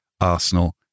Arsenal